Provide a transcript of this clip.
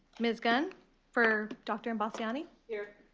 ms. gunn for dr. imbasciani. here.